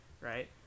right